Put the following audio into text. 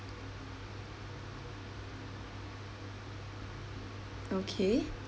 okay